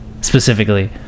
specifically